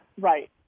Right